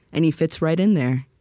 and he fits right in there.